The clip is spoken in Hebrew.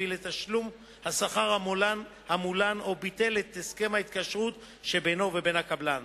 הביא לתשלום השכר המולן או ביטל את הסכם ההתקשרות שבינו ובין הקבלן.